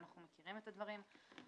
ואנחנו מכירים את הדברים.